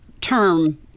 term